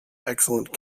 excellent